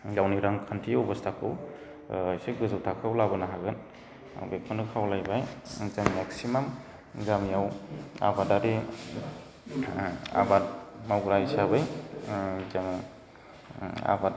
गावनि रांखान्थि अबस्थाखौ एसे गोजौ थाखोआव लाबोनो हागोन आं बेखौनो खावलायबाय जों मेक्सिमाम गामियाव आबादारि आबाद मावनाय हिसाबै जोङो आबाद